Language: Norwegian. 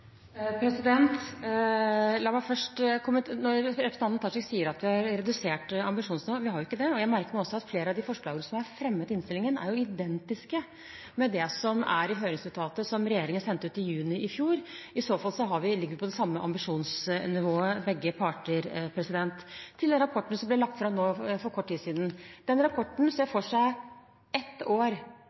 Representanten Tajik sier at vi har redusert ambisjonsnivået. Vi har ikke det. Jeg merker meg også at flere av de forslagene som er fremmet i innstillingen, er identiske med det som er i høringsnotatet som regjeringen sendte ut i juni i fjor. I så fall ligger vi på det samme ambisjonsnivået, begge parter. Til den rapporten som ble lagt fram for kort tid siden: Den rapporten ser for seg ett år